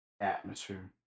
atmosphere